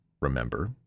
remember